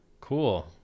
Cool